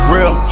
Real